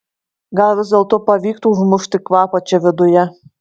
gal vis dėlto pavyktų užmušti kvapą čia viduje